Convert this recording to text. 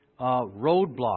roadblock